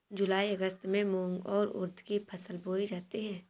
जूलाई अगस्त में मूंग और उर्द की फसल बोई जाती है